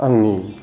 आंनि